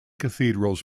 cathedrals